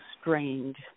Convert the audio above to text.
strange